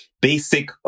basic